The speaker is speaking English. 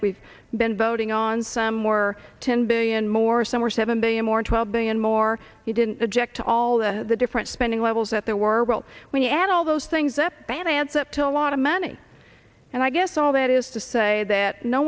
that we've been voting on some were ten billion more some were seven billion more twelve billion more we didn't object to all the different spending levels that there were but when you add all those things that ban adds up to a lot of money and i guess all that is to say that no